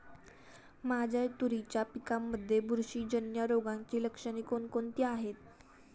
माझ्या तुरीच्या पिकामध्ये बुरशीजन्य रोगाची लक्षणे कोणती आहेत?